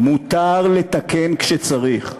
מותר לתקן כשצריך.